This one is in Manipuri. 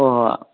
ꯑꯣ